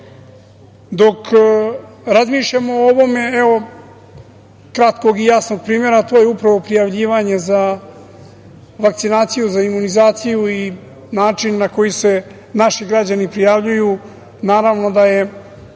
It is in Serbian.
razmišljam o ovome, eve kratkog i jasnog primera, a to je upravo prijavljivanje za vakcinaciju, za imunizaciju i način na koji se naši građani prijavljuju. Naravno da je